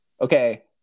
okay